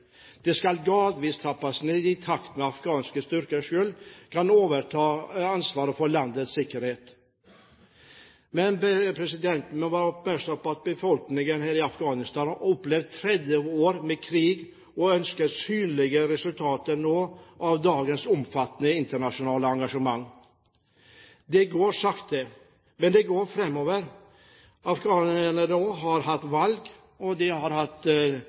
Det skal gradvis trappes ned i takt med at afghanske styrker selv kan overta ansvaret for landets sikkerhet. Men vi må være oppmerksom på at befolkningen i Afghanistan har opplevd 30 år med krig, og ønsker synlige resultater nå av dagens omfattende internasjonale engasjement. Det går sakte, men det går framover. Afghanerne har også hatt valg, og de har